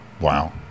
Wow